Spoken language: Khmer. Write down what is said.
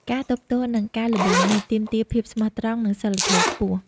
ការទប់ទល់នឹងការល្បួងនេះ ទាមទារភាពស្មោះត្រង់ និងសីលធម៌ខ្ពស់។